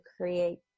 create